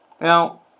Now